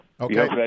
Okay